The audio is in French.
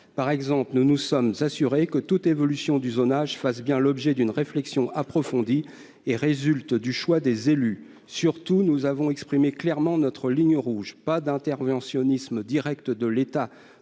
par exemple, que toute évolution du zonage fasse bien l'objet d'une réflexion approfondie et résulte du choix des élus. Surtout, nous avons exprimé clairement notre ligne rouge : nous ne voulons pas d'interventionnisme direct de l'État